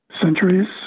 centuries